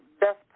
best